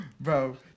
Bro